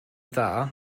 dda